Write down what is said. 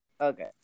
Okay